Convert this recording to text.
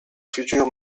futur